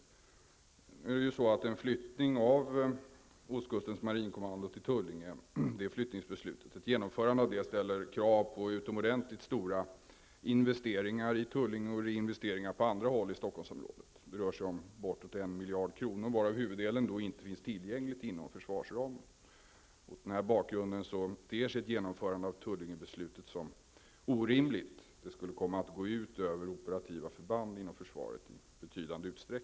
Ett genomförande av beslutet om flyttning av ostkustens marinkommando till Tullinge ställer krav på utomordentligt stora investeringar i Tullinge och reinvesteringar på andra håll i Stockholmsområdet. Det rör sig om bortåt en miljard kronor, varav huvuddelen inte finns tillgänglig inom försvarsramen. Mot denna bakgrund ter sig ett genomförande av Tullingebeslutet som orimligt. Det skulle i betydande utsträckning komma att gå ut över operativa förband inom försvaret.